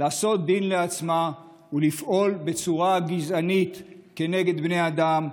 לעשות דין לעצמה ולפעול בצורה גזענית כנגד בני אדם,